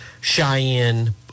Cheyenne